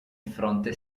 fronte